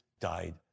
died